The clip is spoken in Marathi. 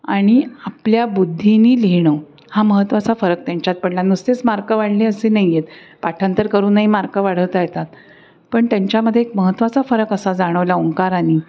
आणि आपल्या बुद्धीने लिहिणं हा महत्त्वाचा फरक त्यांच्यात पडला नुसतेच मार्कं वाढले असे नाही आहेत पाठांतर करूनही मार्क वाढवता येतात पण त्यांच्यामध्ये एक महत्त्वाचा फरक असा जाणवला ओंकाराने